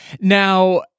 now